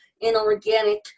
inorganic